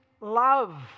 love